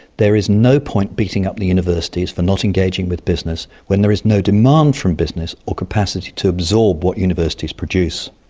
there is no point beating up the universities for not engaging with business when there is no demand from business or capacity to absorb what universities produce.